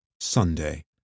Sunday